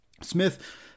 Smith